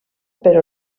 per